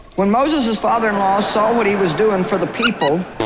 when moses' father in law saw what he was doing for the people,